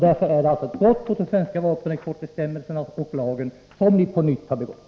Därför är det ett brott mot de svenska vapenexportbestämmelserna och lagen som ni på nytt har begått.